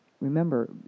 remember